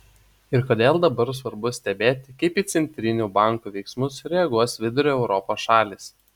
ir kodėl dabar svarbu stebėti kaip į centrinių bankų veiksmus reaguos vidurio europos šalys